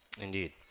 Indeed